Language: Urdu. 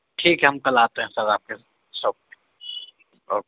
ٹھیک ہے ہم کل آتے ہیں سر آپ کے شاپ پہ اوکے